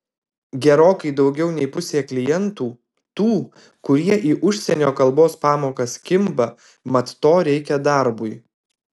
gerokai daugiau nei pusė klientų tų kurie į užsienio kalbos pamokas kimba mat to reikia darbui